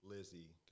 Lizzie